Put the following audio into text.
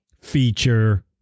feature